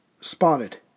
spotted